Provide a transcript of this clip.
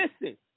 Listen